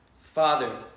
Father